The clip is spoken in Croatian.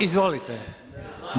Izvolite.